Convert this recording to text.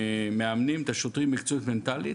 מאמנים את השוטרים מקצועית-מנטלית,